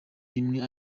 rimwe